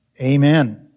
Amen